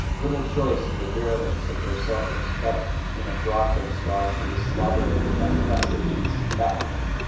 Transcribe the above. little choice in the virulence of their self-respect between a broadway star who is slobbered over by press agents and fat women,